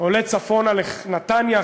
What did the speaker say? עולה צפונה לנתניה,